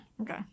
okay